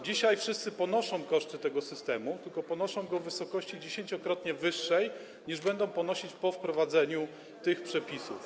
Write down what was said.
Dzisiaj wszyscy ponoszą koszty tego systemu, tylko ponoszą go w wysokości 10-krotnie wyższej, niż będą ponosić po wprowadzeniu tych przepisów.